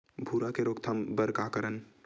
भूरा के रोकथाम बर का करन?